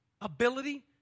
ability